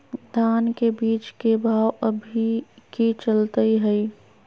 धान के बीज के भाव अभी की चलतई हई?